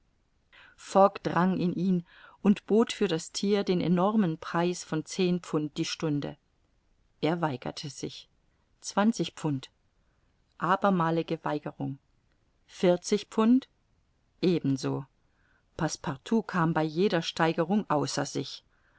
fogg drang in ihn und bot für das thier den enormen preis von zehn pfund die stunde er weigerte sich zwanzig pfund abermalige weigerung vierzig pfund ebenso passepartout kam bei jeder steigerung außer sich